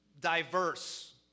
diverse